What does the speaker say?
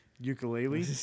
ukulele